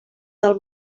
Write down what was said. del